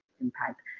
impact